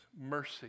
Mercy